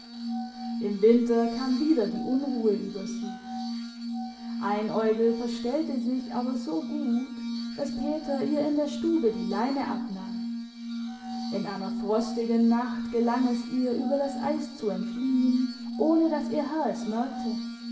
im winter kam wieder die unruhe über sie einäugel verstellte sich aber so gut daß peter ihr in der stube die leine abnahm in einer frostigen nacht gelang es ihr über das eis zu entfliehen ohne daß ihr herr es merkte